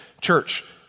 Church